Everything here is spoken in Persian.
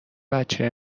بچه